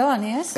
לא, אני עשר.